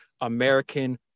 american